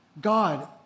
God